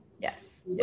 Yes